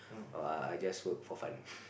oh I I just work for fun